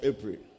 April